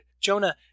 Jonah